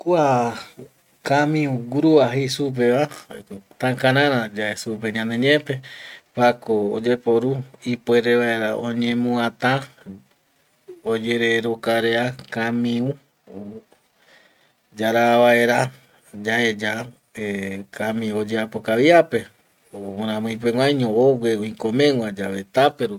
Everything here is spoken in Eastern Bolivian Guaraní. Kua kamiu grua jei supeva jaeko takarara yae supe ñaneñepe kuako oyeporu ipuere vaera oñemuata, oyererokarea kamiu yara vaera yaeya kamiu oyeapo kaviape o guiramiipeguaiño ogue o oikomegua yave tape rupi